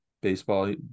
baseball